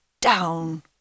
Down